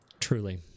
Truly